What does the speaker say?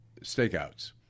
stakeouts